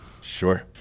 Sure